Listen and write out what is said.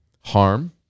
harm